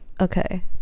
okay